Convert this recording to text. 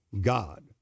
God